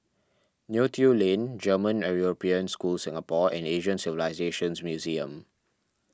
Neo Tiew Lane German European School Singapore and Asian Civilisations Museum